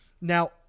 Now